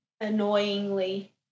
Annoyingly